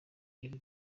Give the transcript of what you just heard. ibi